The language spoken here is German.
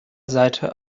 seite